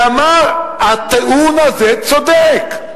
ואמר: הטיעון הזה צודק.